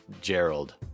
Gerald